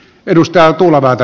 edustajat tulevat